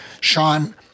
Sean